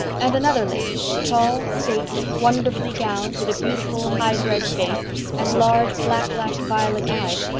and another lady, tall stately, wonderfully gowned, with a beautiful, highbred face and large, black-lashed violet eyes,